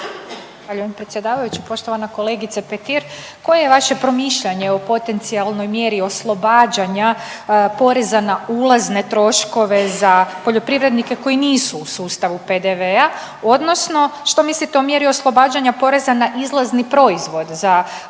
Zahvaljujem predsjedavajući. Poštovana kolegice Petir koje je vaše promišljanje o potencijalnoj mjeri oslobađanja poreza na ulazne troškove za poljoprivrednike koji nisu u sustavu PDV-a, odnosno što mislite o mjeri oslobađanja poreza na izlazni proizvod za poljoprivrednike